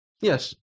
Yes